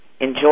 enjoy